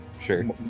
sure